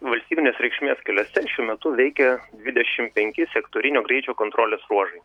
valstybinės reikšmės keliuose šiuo metu veikia dvidešim penki sektorinio greičio kontrolės ruožai